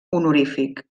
honorífic